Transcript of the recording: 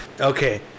Okay